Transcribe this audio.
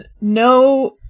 no